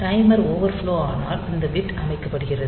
timer overflow ஆனால் இந்த bit அமைக்கப்படுகிறது